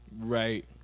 right